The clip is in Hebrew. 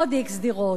עוד x דירות.